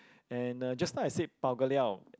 and uh just now I said bao-ka-liao